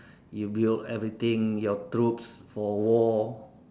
you build everything your troops for war